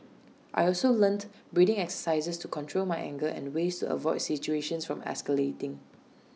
I also learnt breathing exercises to control my anger and ways to avoid situations from escalating